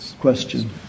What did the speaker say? question